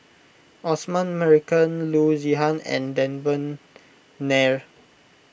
Osman Merican Loo Zihan and Devan Nair